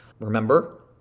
Remember